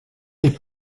les